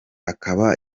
akaba